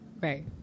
Right